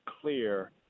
clear